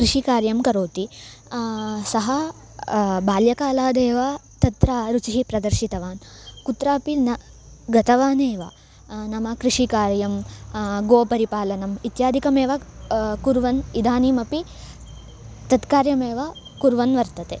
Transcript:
कृषिकार्यं करोति सः बाल्यकालादेव तत्र रुचिः प्रदर्शितवान् कुत्रापि न गतवानेव नाम कृषिकार्यं गोपरिपालनम् इत्यादिकमेव कुर्वन् इदानीमपि तत्कार्यमेव कुर्वन् वर्तते